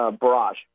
barrage